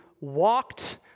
walked